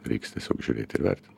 reiks tiesiog žiūrėt ir vertint